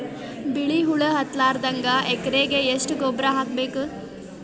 ಬಿಳಿ ಹುಳ ಹತ್ತಲಾರದಂಗ ಎಕರೆಗೆ ಎಷ್ಟು ಗೊಬ್ಬರ ಹಾಕ್ ಬೇಕು?